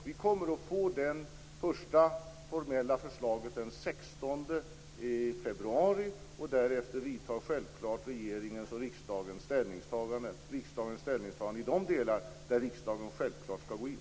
Vi kommer att få det första formella förslaget den 16 februari, och därefter vidtar självklart regeringens ställningstaganden och riksdagens ställningstaganden i de delar där riksdagen skall gå in.